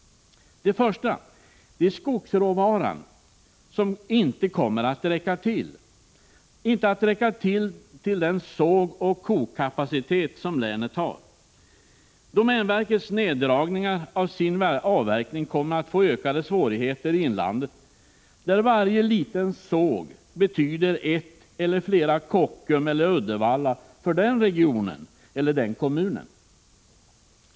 Det första är skogsråvaran, som inte kommer att räcka till för den sågoch kokkapacitet som länet har. Domänverkets neddragningar av sin avverkning kommer att ge ökade svårigheter i inlandet, där varje liten såg betyder ett eller flera Kockums eller Uddevalla för den regionen eller den kommunen.